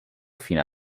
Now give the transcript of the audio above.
fino